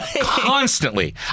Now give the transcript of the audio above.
Constantly